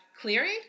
clearing